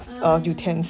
!aiya!